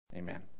Amen